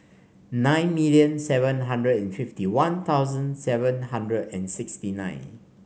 nine million seven hundred and fifty One Thousand seven hundred and sixty nine